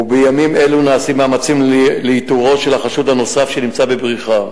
ובימים אלה נעשים מאמצים לאיתורו של החשוד הנוסף שנמצא בבריחה.